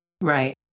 Right